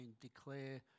declare